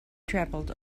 traveled